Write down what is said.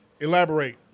Elaborate